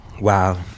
Wow